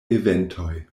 eventoj